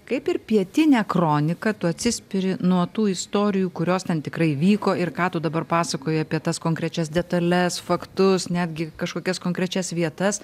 kaip ir pietinia kronika tu atsispiri nuo tų istorijų kurios ten tikrai vyko ir ką tu dabar pasakoji apie tas konkrečias detales faktus netgi kažkokias konkrečias vietas